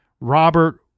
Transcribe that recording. Robert